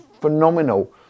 phenomenal